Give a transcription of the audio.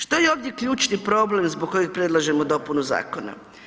Što je ovdje ključni problem zbog kojeg predlažemo dopunu zakona?